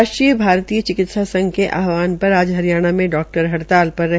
राष्ट्रीय भारतीय चिकित्सा संघ के आहवान पर आज हरियाणा में डाक्टर हड़ताल पर रहे